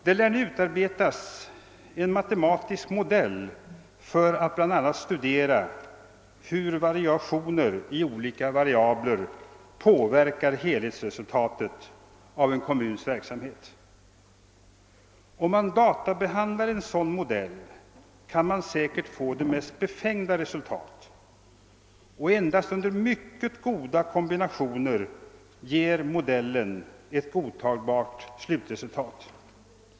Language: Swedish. Det lär nu utarbetas en matematisk modell för att bl.a. studera hur variationer av olika variabler påverkar helhetsresultatet av en kommuns verksamhet. Om man databehandlar en sådan modell kan man få de mest befängda resultat, och endast under mycket goda kombinationer ger modellen ett godtagbart slutresultat.